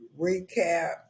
recap